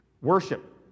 worship